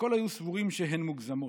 הכול היו סבורים שהן מוגזמות,